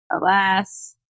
alas